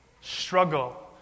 struggle